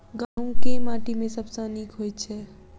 गहूम केँ माटि मे सबसँ नीक होइत छै?